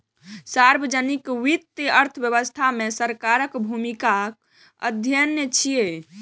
सार्वजनिक वित्त अर्थव्यवस्था मे सरकारक भूमिकाक अध्ययन छियै